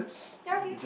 ya okay